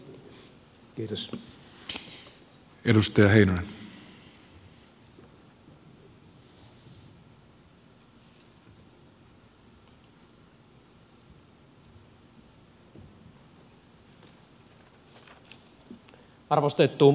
arvostettu puhemies